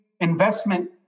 investment